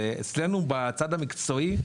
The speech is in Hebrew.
אצלנו בצד המקצועי,